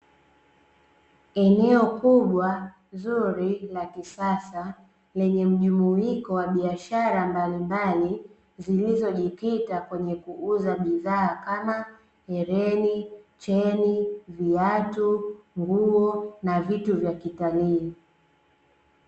Eneo kubwa zuri la kisasa lenye mjumuiko wa biashara mbalimbali zilizojikita kwenye kuuza bidhaa kama hereni ,cheni, viatu, nguo na vitu vya kitalii.